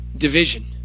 division